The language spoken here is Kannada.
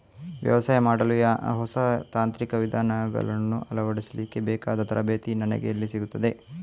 ವ್ಯವಸಾಯ ಮಾಡಲು ಹೊಸ ತಾಂತ್ರಿಕ ವಿಧಾನಗಳನ್ನು ಅಳವಡಿಸಲಿಕ್ಕೆ ಬೇಕಾದ ತರಬೇತಿ ನನಗೆ ಎಲ್ಲಿ ಸಿಗುತ್ತದೆ?